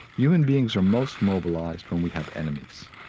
human beings are most mobilized when we have enemies.